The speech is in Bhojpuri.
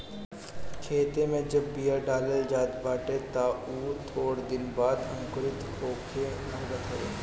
खेते में जब बिया डालल जात बाटे तअ उ थोड़ दिन बाद अंकुरित होखे लागत हवे